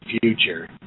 future